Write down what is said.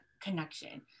connection